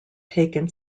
taken